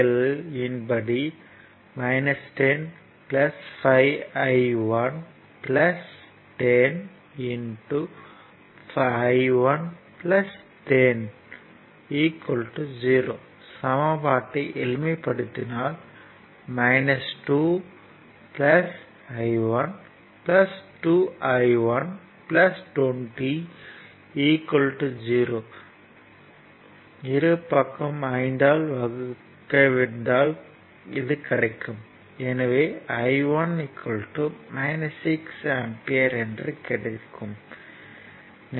L இன் படி 10 5 I 1 10 I 1 10 0 சமன்பாட்டை எளிமைப்படுத்தினால் 2 I1 2 I1 20 0 இரு பக்கமும் 5 ஆல் வகுத்தால் எனவே I 1 6 ஆம்பியர் என கிடைக்கும்